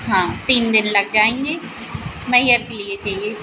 हाँ तीन दिन लग जाएँगे मैहर के लिए चाहिये